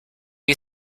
you